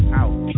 out